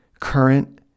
Current